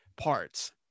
parts